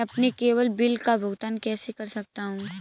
मैं अपने केवल बिल का भुगतान कैसे कर सकता हूँ?